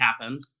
happen